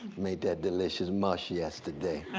made that delicious mush yesterday.